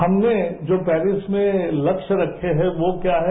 हमने जो पेरिस में लक्य रखे हैं वो क्या है